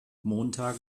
montage